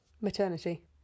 Maternity